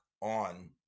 on